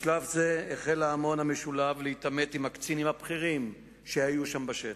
בשלב זה החל ההמון המשולהב להתעמת עם הקצינים הבכירים שהיו שם בשטח,